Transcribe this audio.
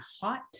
hot